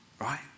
right